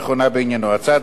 הצעת החוק